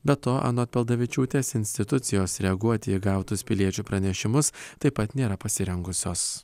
be to anot paldavičiūtės institucijos reaguoti į gautus piliečių pranešimus taip pat nėra pasirengusios